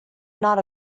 not